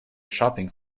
shopping